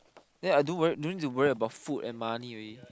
then I don't worry don't have to worry about food and money already